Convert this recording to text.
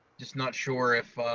just not sure if